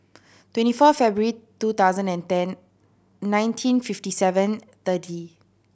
twenty four February two thousand and ten nineteen fifty seven thirty